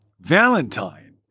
Valentine